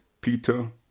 Peter